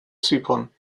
zypern